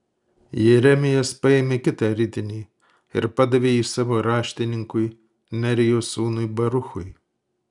jeremijas paėmė kitą ritinį ir padavė jį savo raštininkui nerijos sūnui baruchui